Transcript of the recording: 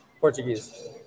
Portuguese